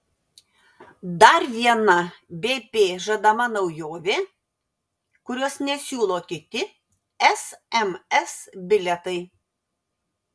dar viena bp žadama naujovė kurios nesiūlo kiti sms bilietai